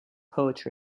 work